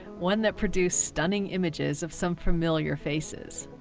one that produced stunning images of some familiar faces.